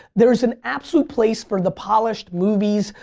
there is an absolute place for the polished movies,